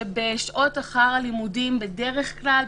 שבשעות אחרי הלימודים בדרך כלל,